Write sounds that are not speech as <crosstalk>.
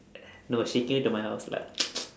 no she came to my house lah <noise>